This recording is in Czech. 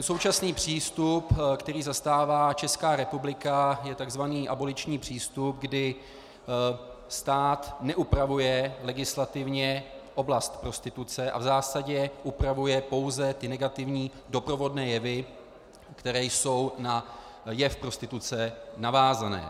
Současný přístup, který zastává Česká republika, je tzv. aboliční přístup, kdy stát neupravuje legislativně oblast prostituce a v zásadě upravuje pouze negativní doprovodné jevy, které jsou na jev prostituce navázané.